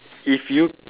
if you